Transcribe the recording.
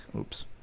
Oops